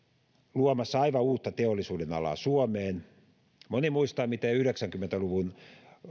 luomassa aivan uutta teollisuudenalaa suomeen moni muistaa miten yhdeksänkymmentä luvun